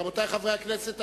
רבותי חברי הכנסת,